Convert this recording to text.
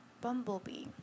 Bumblebee